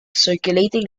circulating